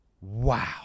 Wow